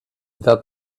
that